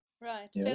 right